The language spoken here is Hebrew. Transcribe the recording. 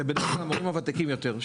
זה בתחום המורים הוותיקים יותר,